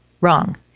Wrong